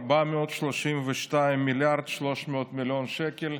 432 מיליארד ו-300 מיליון שקלים,